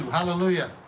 Hallelujah